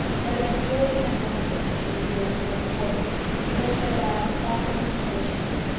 that it was good and necessary in the years that were before them to live their lives finely and graciously,